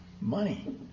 money